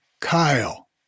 Kyle